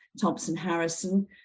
Thompson-Harrison